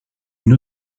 une